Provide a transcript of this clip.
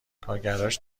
کارگرهاش